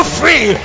free